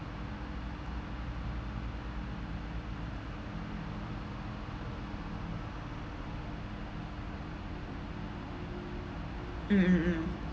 mm mm mm